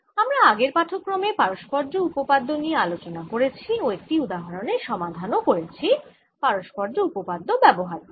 আমরা আগের পাঠক্রমে পারস্পর্য্য উপপাদ্য নিয়ে আলোচনা করেছি ও একটি উদাহরণের সমাধান ও করেছি পারস্পর্য্য উপপাদ্য ব্যবহার করে